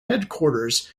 headquarters